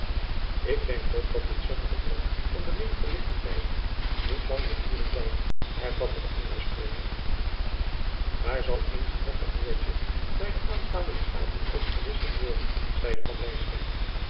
ik denk toch dat dit zotte gebruik van de jacob van lennep de pleegzoon min verlichte tijden niet lang meer duren zal hervatte de andere spreker daar zal eens een hartig woordje bij de aanstaande vergadering over gewisseld worden zeide